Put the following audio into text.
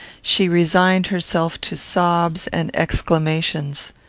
she resigned herself to sobs and exclamations.